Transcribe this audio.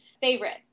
favorites